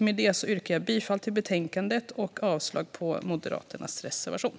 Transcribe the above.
Med detta yrkar jag bifall till utskottets förslag i betänkandet och avslag på Moderaternas reservation.